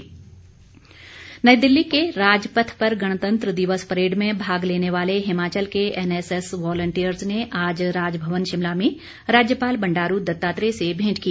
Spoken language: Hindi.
राज्यपाल नई दिल्ली के राजपथ पर गणतंत्र दिवस परेड में भाग लेने वाले हिमाचल के एनएसएस वॉलंटियर्ज ने आज राजभवन शिमला में राज्यपाल बंडारू दत्तात्रेय से भेंट की